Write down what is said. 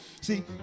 See